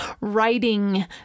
writing